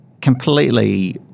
completely